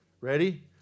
Ready